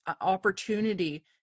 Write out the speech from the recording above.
opportunity